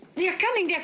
they're coming!